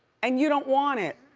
and you don't want it.